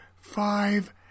five